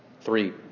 Three